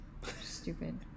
stupid